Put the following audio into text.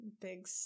big